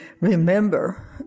remember